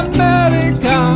America